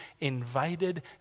invited